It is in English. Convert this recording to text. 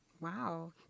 wow